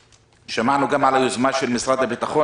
שמענו גם על היוזמה של משרד הביטחון